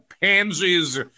pansies